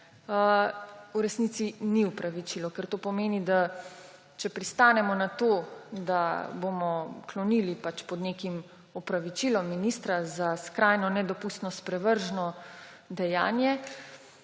v resnici ni opravičilo. Ker to pomeni, da če pristanemo na to, da bomo klonili pod nekim opravičilom ministra za skrajno nedopustno, sprevrženo dejanje,